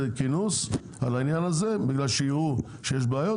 כינוס על העניין הזה בגלל שיראו שיש בעיות,